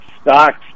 stocks